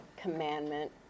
commandment